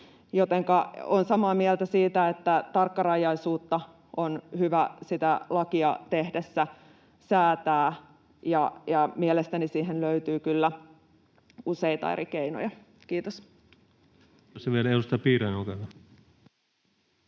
olen samaa mieltä siitä, että tarkkarajaisuutta on hyvä sitä lakia tehdessä säätää, ja mielestäni siihen löytyy kyllä useita eri keinoja. — Kiitos.